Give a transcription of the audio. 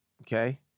okay